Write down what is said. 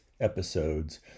episodes